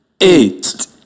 Eight